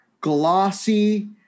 glossy